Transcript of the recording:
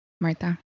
Martha